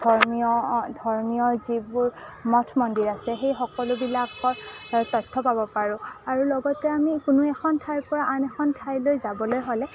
ধৰ্মীয় ধৰ্মীয় যিবোৰ মঠ মন্দিৰ আছে সেই সকলোবিলাকৰ তথ্য পাব পাৰোঁ আৰু লগতে আমি কোনো এখন ঠাইৰপৰা আন এখন ঠাইলৈ যাবলৈ হ'লে